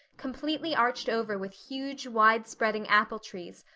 completely arched over with huge, wide-spreading apple-trees,